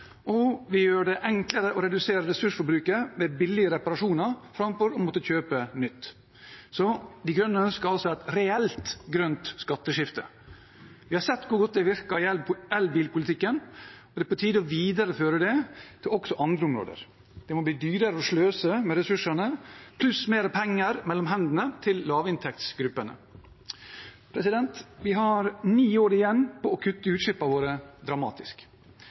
Vi gjør det enklere å redusere ressursforbruket ved billigere reparasjoner framfor å måtte kjøpe nytt. De Grønne ønsker altså et reelt grønt skatteskifte. Vi har sett hvor godt det virker i elbilpolitikken, og det er på tide å videreføre det også til andre områder. Det må bli dyrere å sløse med ressursene – pluss mer penger mellom hendene til lavinntektsgruppene. Vi har ni år igjen på å kutte utslippene våre dramatisk.